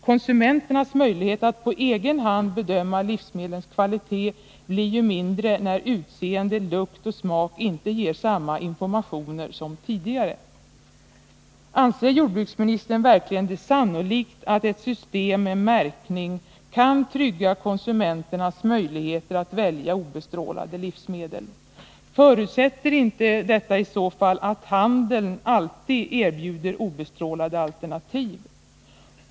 Konsumenternas möjligheter att på egen hand bedöma livsmedlets kvalitet blir ju mindre när utseende, lukt och smak inte ger samma informationer som tidigare. Anser jordbruksministern verkligen det sannolikt att ett system med märkning kan trygga konsumenternas möjligheter att välja obestrålade livsmedel? Förutsätter inte detta i så fall att handeln alltid erbjuder obestrålade alternativ?